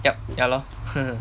yup ya lor